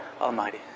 Almighty